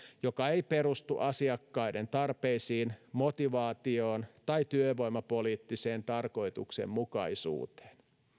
joka ei perustu asiakkaiden tarpeisiin motivaatioon tai työvoimapoliittiseen tarkoituksenmukaisuuteen